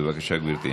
בבקשה, גברתי.